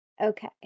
Okay